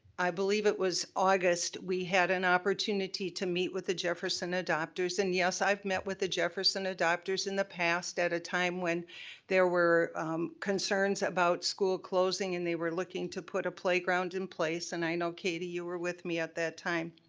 i believe, it was august, we had an opportunity to meet with the jefferson adopters and yes, i've met with the jefferson adopters in the past at a time when there were concerns about school closing and they were looking to put a playground in place and i know katie, you were with me at that time.